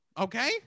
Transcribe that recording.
Okay